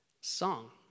song